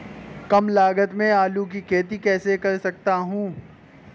कम लागत में आलू की खेती कैसे कर सकता हूँ?